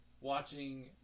watching